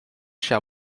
shall